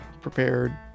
prepared